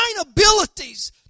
abilities